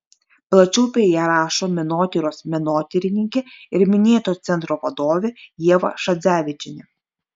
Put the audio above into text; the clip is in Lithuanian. plačiau apie ją rašo menotyros menotyrininkė ir minėto centro vadovė ieva šadzevičienė